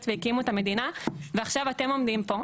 והקימו את המדינה ועכשיו אתם עומדים פה,